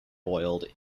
boiled